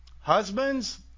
Husbands